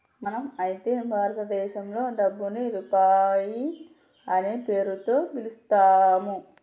మనం అయితే భారతదేశంలో డబ్బుని రూపాయి అనే పేరుతో పిలుత్తాము